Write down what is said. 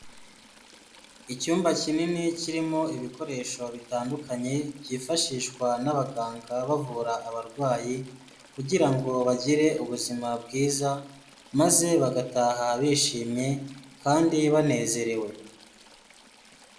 Icyumba kinini kirimo ibikoresho bitandukanye byifashishwa n'abaganga bavura abarwayi, kugira ngo bagire ubuzima bwiza, maze bagataha bishimye, kandi banezerewe.